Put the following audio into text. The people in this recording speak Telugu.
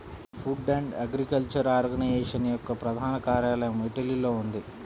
ఫుడ్ అండ్ అగ్రికల్చర్ ఆర్గనైజేషన్ యొక్క ప్రధాన కార్యాలయం ఇటలీలో ఉంది